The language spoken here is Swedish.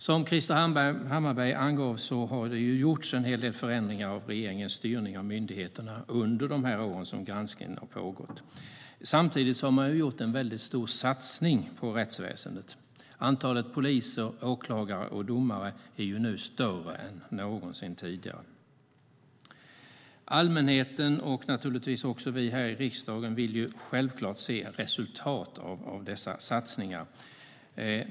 Som Krister Hammarbergh angav har det gjorts en hel del förändringar av regeringens styrning av myndigheterna under de år som granskningen har pågått. Samtidigt har man gjort en stor satsning på rättsväsendet. Antalet poliser, åklagare och domare är nu större än någonsin tidigare. Allmänheten, och naturligtvis också vi här i riksdagen, vill självfallet se resultat av dessa satsningar.